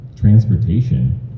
transportation